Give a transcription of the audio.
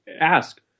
ask